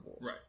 Right